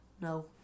No